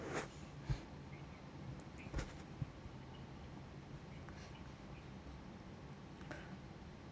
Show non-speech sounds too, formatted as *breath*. *breath*